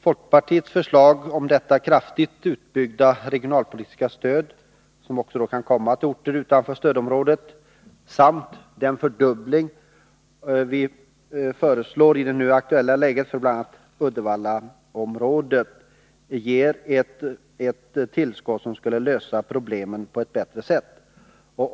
Folkpartiets förslag om detta kraftigt utbyggda regionalpolitiska stöd, som också kan komma till orter utanför stödområdet, samt den fördubbling som vi föreslår till arbetsmarknadspolitiska insatser i det nu aktuella läget för bl.a. Uddevallaområdet ger ett tillskott som skulle lösa problemen på ett bättre sätt.